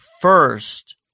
first